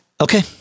okay